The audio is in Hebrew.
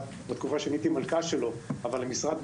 בתקופה שאני הייתי מנכ"ל שלו --- יוסי,